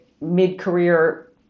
mid-career